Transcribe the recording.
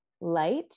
light